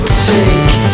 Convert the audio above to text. take